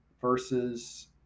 versus